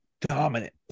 dominant